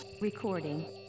Recording